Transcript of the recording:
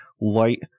light